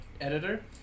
editor